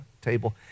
table